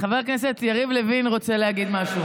חבר הכנסת יריב לוין רוצה להגיד משהו.